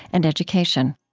and education